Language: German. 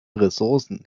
ressourcen